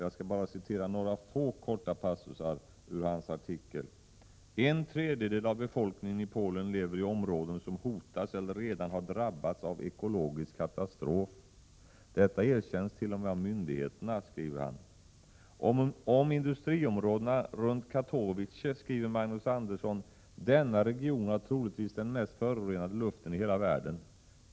Jag skall citera bara några få korta passusar ur den: ”En tredjedel av befolkningen lever i områden som hotas eller redan har drabbats av ekologisk katastrof. Detta erkänns t om av myndigheterna.” Om industriområdena runt Katowice skriver Magnus Andersson: ”Enligt en rapport —-—-—- har denna region troligtvis den mest förorenade luften i hela världen.